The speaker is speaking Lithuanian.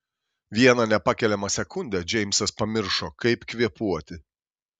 vieną nepakeliamą sekundę džeimsas pamiršo kaip kvėpuoti